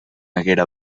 haguera